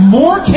more